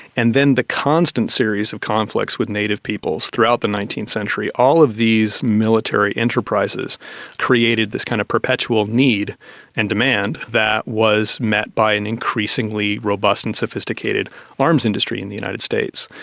and then the constant series of conflicts with native peoples throughout the nineteenth century, all of these military enterprises created this kind of perpetual need and demand that was met by an increasingly robust and sophisticated arms industry in the united states.